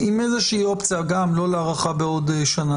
עם איזה שהיא אופציה, גם, לא להארכה בעוד שנה.